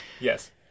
Yes